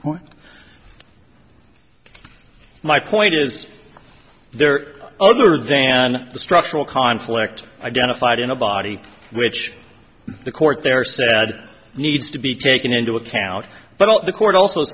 point my point is there other than the structural conflict identified in a body which the court there sad needs to be taken into account but the court also